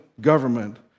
government